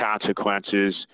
consequences